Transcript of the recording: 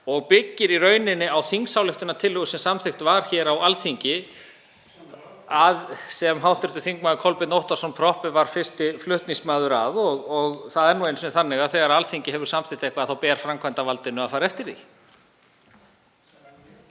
Það byggir í rauninni á þingsályktunartillögu sem samþykkt var hér á Alþingi sem hv. þm. Kolbeinn Óttarsson Proppé var fyrsti flutningsmaður að. Það er nú einu sinni þannig að þegar Alþingi hefur samþykkt eitthvað þá ber framkvæmdarvaldinu að fara eftir því.